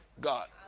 God